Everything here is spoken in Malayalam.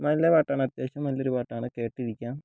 നല്ല പാട്ടാണ് അത്യാവശ്യം നല്ലൊരു പാട്ടാണ് കേട്ടിരിക്കാം